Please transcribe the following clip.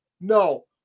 No